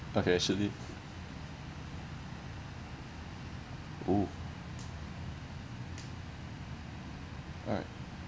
okay actually !woo! alright